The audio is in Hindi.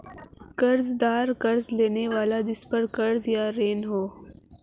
कर्ज़दार कर्ज़ लेने वाला जिसपर कर्ज़ या ऋण हो